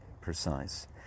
precise